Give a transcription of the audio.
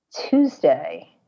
Tuesday